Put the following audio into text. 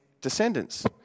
descendants